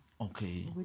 Okay